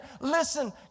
Listen